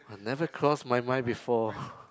!wah! never crossed my mind before